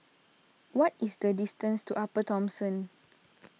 what is the distance to Upper Thomson